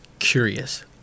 Curious